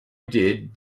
did